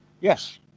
Yes